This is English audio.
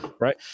right